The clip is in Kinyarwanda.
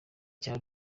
cya